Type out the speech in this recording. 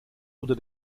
oder